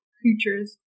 creatures